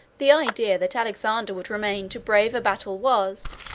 the idea that alexander would remain to brave a battle was,